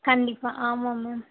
கண்டிப்பாக ஆமாம் மேம்